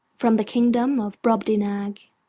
from the kingdom of brobdingnag.